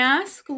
ask